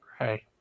Right